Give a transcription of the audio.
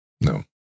No